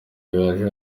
yaje